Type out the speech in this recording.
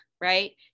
right